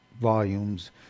volumes